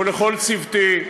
ולכל צוותי,